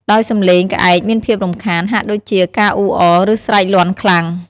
ដោយសំឡេងក្អែកមានភាពរំខាន ហាក់ដូចជាការអ៊ូរអរ ឬស្រែកលាន់ខ្លាំង។